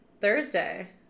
Thursday